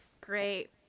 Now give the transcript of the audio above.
great